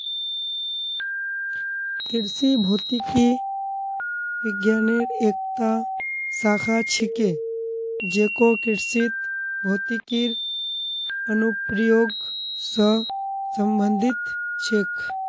कृषि भौतिकी विज्ञानेर एकता शाखा छिके जेको कृषित भौतिकीर अनुप्रयोग स संबंधित छेक